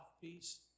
peace